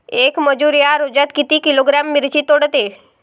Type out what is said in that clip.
येक मजूर या रोजात किती किलोग्रॅम मिरची तोडते?